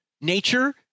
nature